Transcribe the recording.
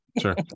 sure